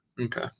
okay